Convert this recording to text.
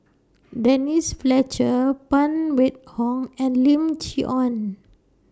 Denise Fletcher Phan Wait Hong and Lim Chee Onn